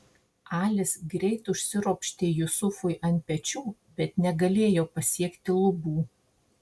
alis greit užsiropštė jusufui ant pečių bet negalėjo pasiekti lubų